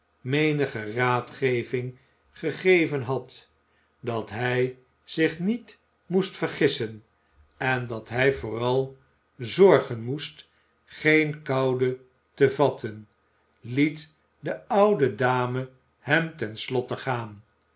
menige raadgeving gegeven had dat hij zich niet moest vergissen en dat hij vooral zorgen moest geen koude te vatten liet de oude dame hem ten slotte gaan